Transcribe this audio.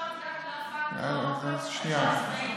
בתקשורת גם, יש חיץ.